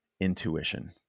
intuition